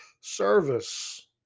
service